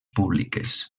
públiques